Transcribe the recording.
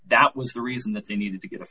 that was the reason that they needed to get